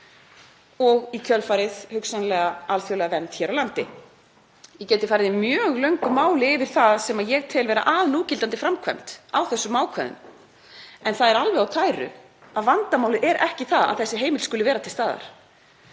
og hugsanlega alþjóðlega vernd hér á landi í kjölfarið. Ég gæti farið í mjög löngu máli yfir það sem ég tel vera að núgildandi framkvæmd á þessum ákvæðum en það er alveg á tæru að vandamálið er ekki það að þessi heimild skuli vera til staðar.